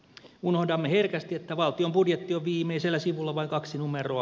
unohdamme herkästi että valtion budjetti on viimeisellä sivulla vain kaksi numeroa